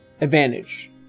advantage